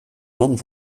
man